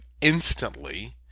instantly